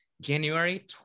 January